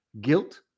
guilt